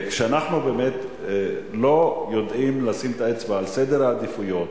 אנחנו באמת לא יודעים לשים את האצבע על סדר העדיפויות,